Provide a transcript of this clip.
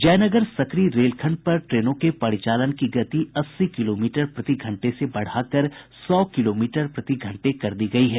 जयनगर सकरी रेलखंड पर ट्रेनों के परिचालन की गति अस्सी किलोमीटर प्रति घंटे से बढ़ाकर सौ किलोमीटर प्रति घंटे कर दी गयी है